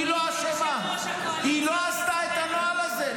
היא לא אשמה, היא לא עשתה את הנוהל הזה.